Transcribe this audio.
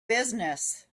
business